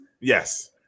Yes